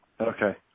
Okay